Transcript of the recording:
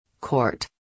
court